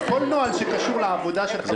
בכל נוהל שקשור לעבודה של חברי הכנסת,